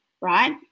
right